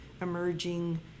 emerging